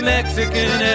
Mexican